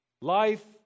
life